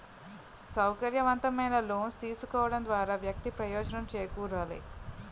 సౌకర్యవంతమైన లోన్స్ తీసుకోవడం ద్వారా వ్యక్తి ప్రయోజనం చేకూరాలి